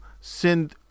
send